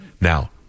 Now